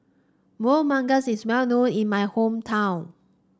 Kueh Manggis is well known in my hometown